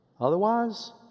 Otherwise